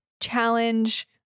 challenge